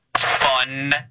Fun